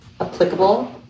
applicable